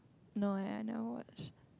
no eh I never watch